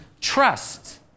Trust